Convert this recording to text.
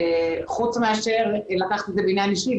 חוץ מאשר לקחת את זה כעניין אישי,